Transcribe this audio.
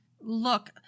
look